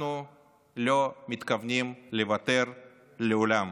אנחנו לא מתכוונים לוותר לעולם.